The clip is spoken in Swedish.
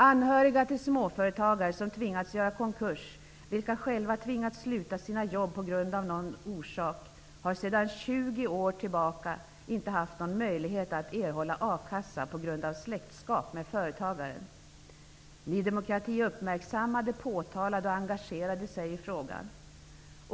Anhöriga till småföretagare som tvingats göra konkurs och som själva tvingats sluta sina jobb har sedan 20 år tillbaka inte haft möjlighet att erhålla a-kassa på grund av släktskap med företagaren. Ny demokrati uppmärksammade och påtalade problemet och engagerade sig i frågan.